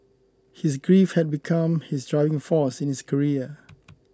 his grief had become his driving force in his career